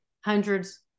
hundreds